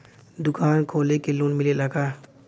दुकान खोले के लोन मिलेला का?